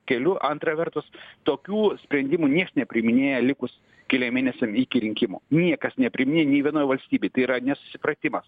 keliu antra vertus tokių sprendimų nieks nepriiminėja likus keliem mėnesiam iki rinkimų niekas nepriminėja nė vienoj valstybėj tai yra nesusipratimas